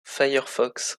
firefox